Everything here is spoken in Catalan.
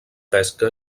pesca